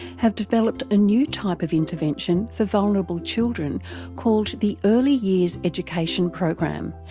have developed a new type of intervention for vulnerable children called the early years education program,